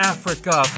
Africa